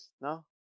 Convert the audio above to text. No